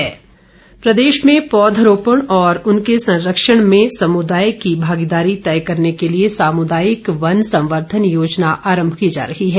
सरवीण चौधरी प्रदेश में पौधारोपण और उनके संरक्षण में समुदाय की भागीदारी तय करने के लिए सामुदायिक वन संवर्धन योजना आरंभ की जा रही है